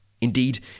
Indeed